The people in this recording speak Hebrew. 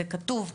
זה כתוב,